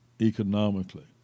economically